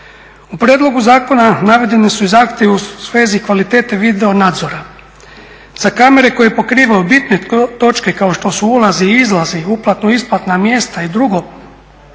U prijedlogu zakona navedeni su i zahtjevi u svesti kvalitete video-nadzora. Za kamere koje pokrivaju bitne točke kao su ulaz i izlaz i uplatno-isplatna mjesta i drugo,